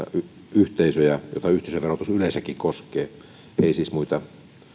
yhteisöjä joita yhteisöverotus yleensäkin koskee ja ei siis muita